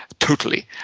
totally,